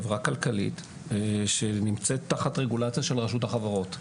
חברה כלכלית, שנמצאת תחת רגולציה של רשות החברות.